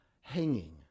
hanging